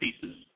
pieces